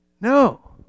No